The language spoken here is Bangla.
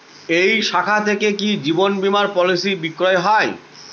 এই শাখা থেকে কি জীবন বীমার পলিসি বিক্রয় হয়?